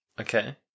Okay